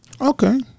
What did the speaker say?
okay